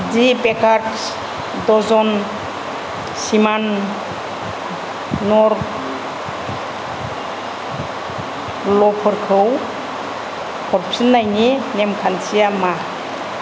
दि baker's dozen सिमान' नर ल'फोरखौ हरफिन्नायनि नेमखान्थिया मा